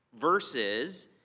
Versus